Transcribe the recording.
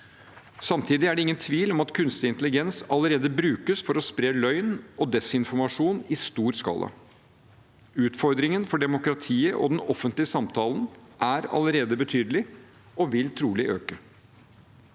Samtidig er det ingen tvil om at kunstig intelligens allerede brukes til å spre løgn og desinformasjon i stor skala. Utfordringen for demokratiet og den offentlige samtalen er allerede betydelig og vil trolig øke.